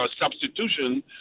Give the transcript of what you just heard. substitution